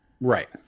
Right